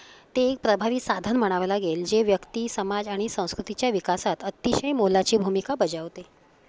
ते एक प्रभावी साधन म्हणावं लागेल जे व्यक्ती समाज आणि संस्कृतीच्या विकासात अतिशय मोलाची भूमिका बजावते